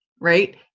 right